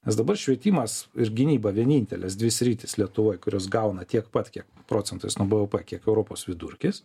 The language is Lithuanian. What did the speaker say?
nes dabar švietimas ir gynyba vienintelės dvi sritys lietuvoj kurios gauna tiek pat kiek procentas nuo bvp kiek europos vidurkis